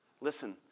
Listen